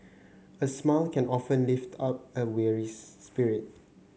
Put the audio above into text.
a smile can often lift up a weary spirit